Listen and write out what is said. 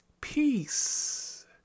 peace